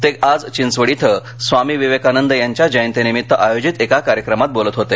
ते चिंचवड श्विं स्वामी विवेकानंद यांच्या जयंतीनिमित्त आयोजित एका कार्यक्रमात बोलत होते